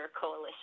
coalition